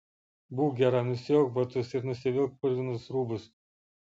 būk gera nusiauk batus ir nusivilk purvinus rūbus